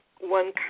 one